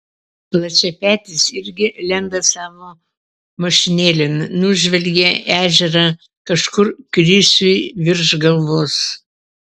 plačiapetis irgi lenda savo mašinėlėn nužvelgia ežerą kažkur krisiui virš galvos